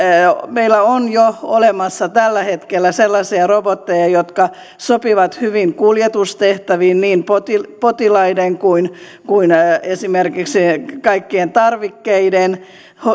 meillä on jo olemassa tällä hetkellä sellaisia robotteja jotka sopivat hyvin kuljetustehtäviin niin potilaiden potilaiden kuin kuin esimerkiksi kaikkien tarvikkeiden